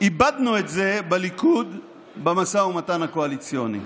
איבדנו את זה בליכוד במשא ומתן הקואליציוני.